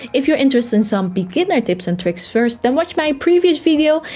if you're interested in some beginner tips and tricks first, then watch my previous video.